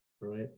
right